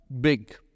big